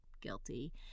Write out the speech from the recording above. guilty